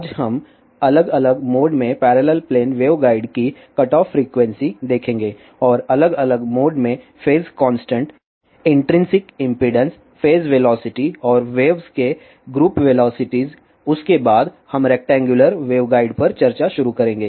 आज हम अलग अलग मोड में पैरेलल प्लेन वेवगाइड की कटऑफ फ्रीक्वेंसी देखेंगे और अलग अलग मोड में phase constant intrinsic impedance phase velocity और वेव्स के ग्रुप वेलोसिटीज उसके बाद हम रेक्टैंग्युलर वेवगाइड पर चर्चा शुरू करेंगे